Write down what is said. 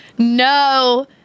no